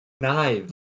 Knives